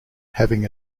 having